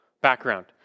background